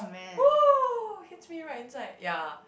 !woah! hits me right inside ya